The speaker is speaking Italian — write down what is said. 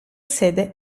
sede